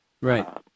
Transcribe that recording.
Right